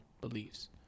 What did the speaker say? beliefs